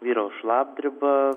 vyraus šlapdriba